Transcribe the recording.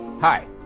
Hi